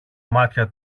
μάτια